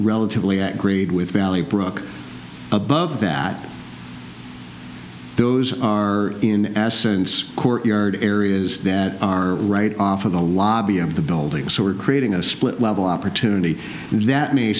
relatively at grade with valley brook above that those are in essence courtyard areas that are right off of the lobby of the building so we're creating a split level opportunity and that ma